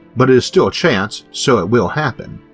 but it is still a chance so it will happen.